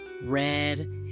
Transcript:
red